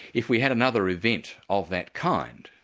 if we had another event of that kind,